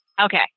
Okay